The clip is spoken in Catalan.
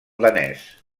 danès